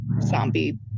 zombie